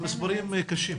המספרים קשים.